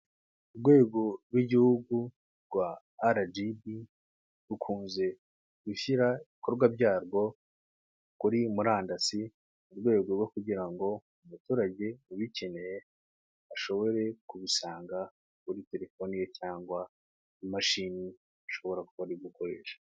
Urwego rw'igihugu rwa Aragibi rukunze gushyira ibikorwa byarwo kuri murandasi mu rwego rwo kugira ngo umuturage ubikeneye ashobore kubisanga kuri telefoni cyangwa imashini ashobora kuba ari gukoresha.